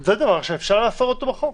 זה דבר שאפשר לאסור אותו בחוק.